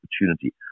opportunity